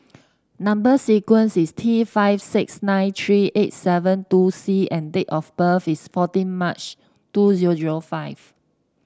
number sequence is T five six nine three eight seven two C and date of birth is fourteen March two zero zero five